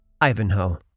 Ivanhoe